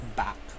back